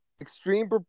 extreme